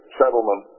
settlement